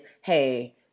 hey